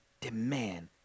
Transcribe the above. demand